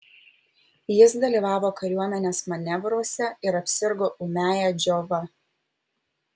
jis dalyvavo kariuomenės manevruose ir apsirgo ūmiąja džiova